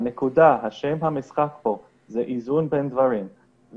שם המשחק פה הוא איזון בין דברים.